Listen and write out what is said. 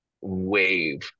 wave